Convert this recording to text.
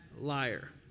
liar